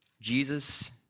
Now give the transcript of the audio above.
Jesus